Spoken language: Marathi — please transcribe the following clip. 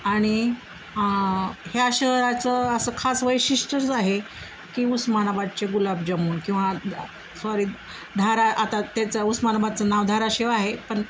आणि ह्या शहराचं असं खास वैशिष्ट्यच आहे की उस्मानाबादचे गुलाबजामून किंवा सॉरी धारा आता त्याचं उस्मानाबादचं नाव धाराशिव आहे पण